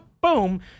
boom